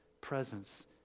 presence